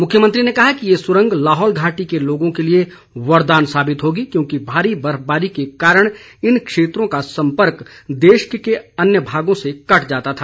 मुख्यमंत्री ने कहा कि ये सुरंग लाहौल घाटी के लोगों के लिए वरदान साबित होगी क्योंकि भारी बर्फबारी के कारण इन क्षेत्रों का सम्पर्क देश के अन्य भागों से कट जाता था